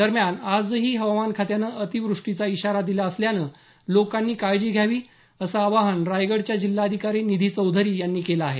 दरम्यान आजही हवामान खात्यानं अतिवृष्टीचा इशारा दिला असल्यानं लोकांनी काळजी घ्यावी असं आवाहन रायगडच्या जिल्हाधिकारी निधी चौधरी यानी केलं आहे